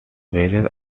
various